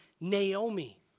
Naomi